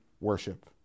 worship